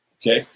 okay